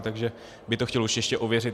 Takže by to chtělo ještě ověřit.